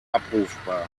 abrufbar